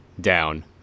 down